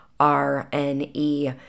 R-N-E